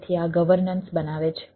તેથી આ ગવર્નન્સ બનાવે છે